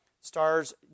Stars